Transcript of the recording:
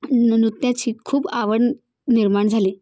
न नृत्याची खूप आवड निर्माण झाली